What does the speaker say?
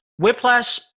Whiplash